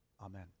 Amen